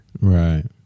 Right